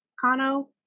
Kano